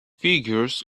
figures